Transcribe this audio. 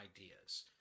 ideas